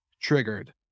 triggered